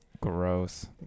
Gross